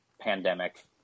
pandemic